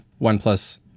oneplus